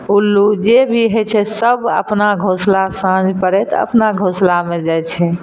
उल्लू जे भी होइ छै सब अपना घोसला साँझ पड़ैत अपना घोसलामे जाइ छै